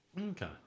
Okay